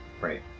Right